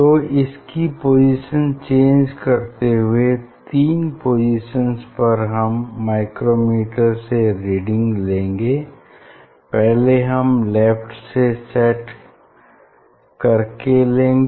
तो इसकी position change करते हुवे तीन पोसिशन्स पर हम माइक्रोमीटर से रीडिंग लेंगे पहले हम लेफ्ट में सेट करके लेंगे